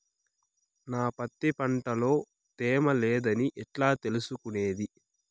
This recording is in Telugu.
నా పత్తి పంట లో తేమ లేదని ఎట్లా తెలుసుకునేది?